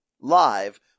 live